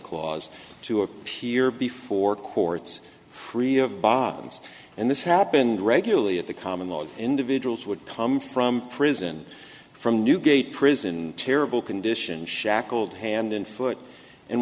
clause to appear before courts free of bobbins and this happened regularly at the common law individuals would come from prison from newgate prison terrible condition shackled hand and foot and